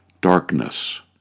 Darkness